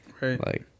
Right